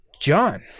John